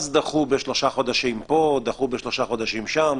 אז דחו בשלושה חודשים פה, דחו בשלושה חודשים שם.